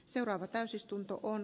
seuraava täysistunto on